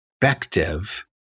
perspective